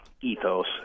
ethos